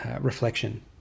reflection